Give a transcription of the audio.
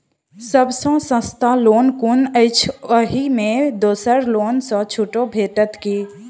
सब सँ सस्ता लोन कुन अछि अहि मे दोसर लोन सँ छुटो भेटत की?